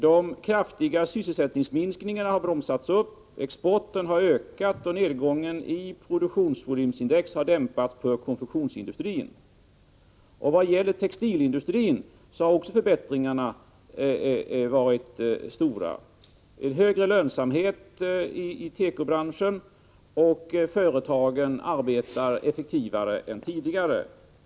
De kraftiga sysselsättningsminskningarna har bromsats upp, exporten har ökat och nedgången i produktionsvolymindex har dämpats beträffande konfektionsindustrin. Också i vad gäller textilindustrin har förbättringarna varit stora. Det har blivit en högre lönsamhet i tekobranschen, och företagen arbetar effektivare än tidigare.